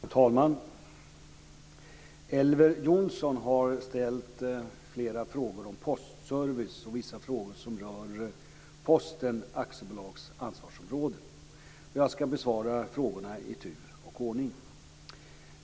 Fru talman! Elver Jonsson har ställt flera frågor om postservice och vissa frågor som rör Posten AB:s ansvarsområde. Jag ska besvara frågorna i tur och ordning.